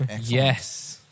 Yes